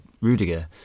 Rudiger